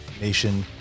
nation